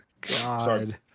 god